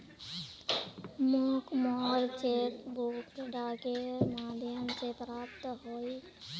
मोक मोर cheque book डाकेर माध्यम से प्राप्त होइए